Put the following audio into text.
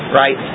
right